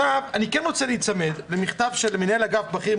אני רוצה להיצמד למכתב של מנהל אגף בכיר,